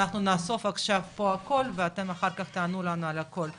אנחנו נאסוף עכשיו פה הכול ואתם אח"כ תענו לנו על הכול.